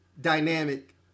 dynamic